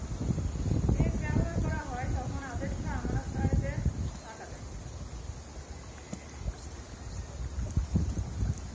check ব্যবহার করা হয় যখন আদেষ্টা আমানতকারীদের টাকা দেয়